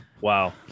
Wow